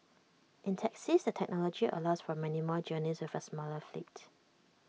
in taxis the technology allows for many more journeys with A smaller fleet